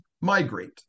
migrate